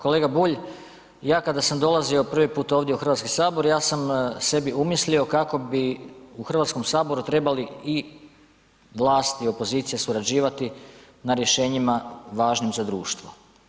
Kolega Bulj, ja kada sam dolazio prvi put ovdje u Hrvatski sabor ja sam sebi umislio kako bi u Hrvatskom saboru trebali i vlasti i opozicija surađivati na rješenjima važnim za društvo.